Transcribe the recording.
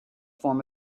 form